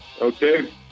okay